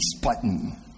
button